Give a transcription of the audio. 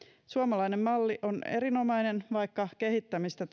suomalainen malli on erinomainen vaikka kehittämistä